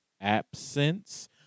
absence